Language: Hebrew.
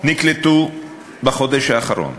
שנקלטו בחודש האחרון,